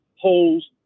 holes